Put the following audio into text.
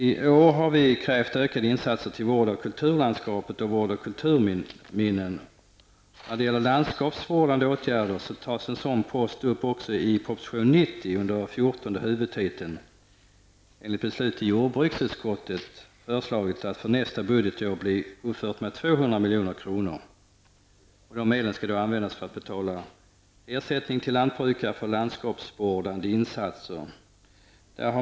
I år har vi krävt ökade insatser till vård av kulturlandskapet och kulturminnen. En post för landskapsvårdande åtgärder tas också upp i proposition nr 90 under den fjortonde huvudtiteln enligt beslut i jordbruksutskottet. Det föreslås att det för nästa budgetår skall bli uppfört med 200 milj.kr. De medlen skall användas för att betala ersättning till lantbrukare för landskapsvårdande insatser.